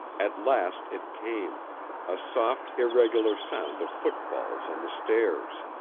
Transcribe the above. at last it came a soft, irregular sound of footfalls on the stairs!